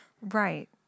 Right